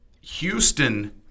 Houston